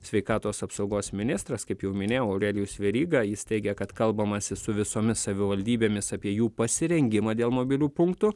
sveikatos apsaugos ministras kaip jau minėjau aurelijus veryga jis teigia kad kalbamasi su visomis savivaldybėmis apie jų pasirengimą dėl mobilių punktų